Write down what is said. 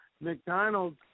McDonald's